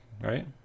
right